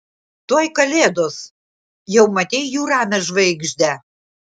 tuoj kalėdos jau matei jų ramią žvaigždę